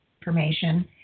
information